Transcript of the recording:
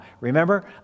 Remember